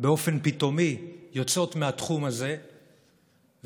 באופן פתאומי, יוצאות מהתחום הזה ועלולות